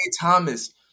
Thomas